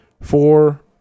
Four